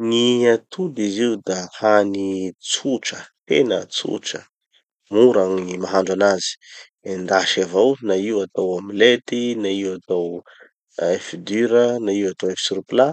Gny atody izy io da hany tsotra, tena tsotra. Mora gny mahandro anazy. Endasy avao. Na io atao omellette, na io atao œuf dur, na io atao œuf sur plat,